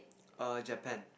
err Japan